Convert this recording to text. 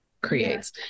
creates